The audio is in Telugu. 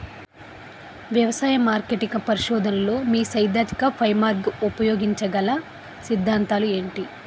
వ్యవసాయ మార్కెటింగ్ పరిశోధనలో మీ సైదాంతిక ఫ్రేమ్వర్క్ ఉపయోగించగల అ సిద్ధాంతాలు ఏంటి?